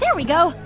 yeah we go.